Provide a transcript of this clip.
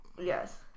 Yes